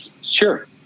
Sure